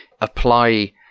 apply